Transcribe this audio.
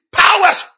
powers